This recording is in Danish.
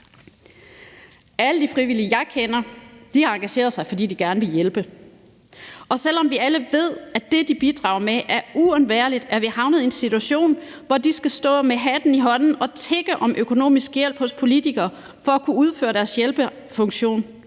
Alle de frivillige, jeg kender, har engageret sig, fordi de gerne vil hjælpe. Og selv om vi alle ved, at det, de bidrager med, er uundværligt, er vi havnet i en situation, hvor de skal stå med hatten i hånden og tigge om økonomisk hjælp hos politikere for at kunne udføre deres hjælpefunktion.